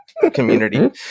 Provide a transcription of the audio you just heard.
community